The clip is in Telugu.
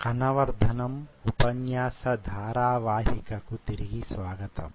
కణ వర్ధనం ఉపన్యాస ధారావాహికకు తిరిగి స్వాగతం